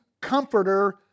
comforter